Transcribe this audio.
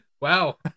Wow